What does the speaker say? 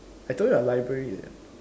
I told you [what] library